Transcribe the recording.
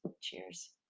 cheers